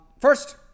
First